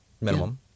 minimum